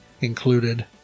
included